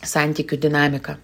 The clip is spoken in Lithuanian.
santykių dinamika